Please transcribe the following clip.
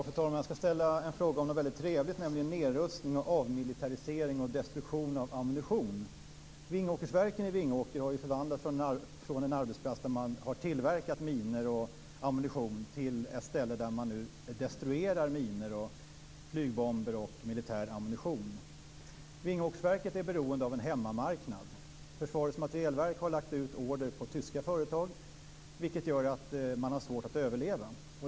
Fru talman! Jag ska ställa en fråga om något väldigt trevligt, nämligen nedrustning, avmilitarisering och destruktion av ammunition. Vingåkersverken i Vingåker har ju förvandlats från en arbetsplats där man har tillverkat minor och ammunition till ett ställe där man nu destruerar minor, flygbomber och militär ammunition. Vingåkersverken är beroende av en hemmamarknad. Försvarets materielverk har lagt ut order på tyska företag, vilket gör att man har svårt att överleva.